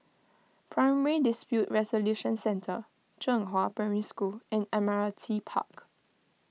Primary Dispute Resolution Centre Zhenghua Primary School and Admiralty Park